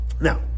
Now